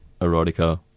erotica